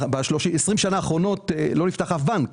ובעשרים השנים האחרונות לא נפתח אף בנק.